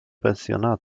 pensjona